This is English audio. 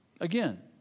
Again